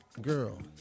girl